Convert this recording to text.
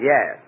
Yes